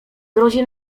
grozi